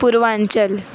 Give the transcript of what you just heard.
Purvanchal